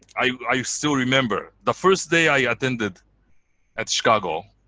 i still remember the first day i attended at chicago,